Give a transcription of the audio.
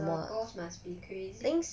the ghost must be crazy